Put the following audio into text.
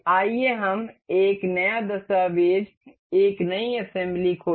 आइए हम एक नया दस्तावेज़ एक नई असेंबली खोलें